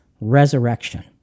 resurrection